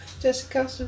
Jessica